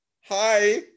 Hi